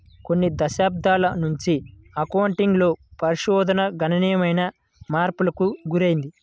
కొన్ని దశాబ్దాల నుంచి అకౌంటింగ్ లో పరిశోధన గణనీయమైన మార్పులకు గురైంది